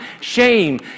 shame